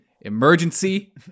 Emergency